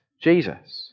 Jesus